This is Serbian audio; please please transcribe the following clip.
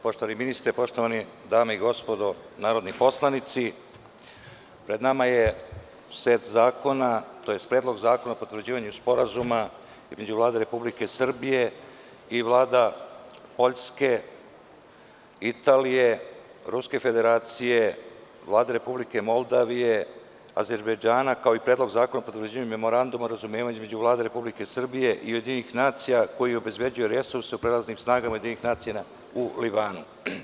Poštovani ministre, poštovane dame i gospodo narodni poslanici, pred nama je set zakona o potvrđivanju sporazuma između Vlade Republike Srbije i vlada Poljske, Italije, Ruske Federacije, Republike Moldavije, Azerbejdžana, kao i Predlog zakona o potvrđivanju Memoranduma između Vlade Republike Srbije i UN, koji obezbeđuje resurse prelaznim snagama UN u Libanu.